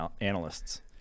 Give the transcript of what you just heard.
analysts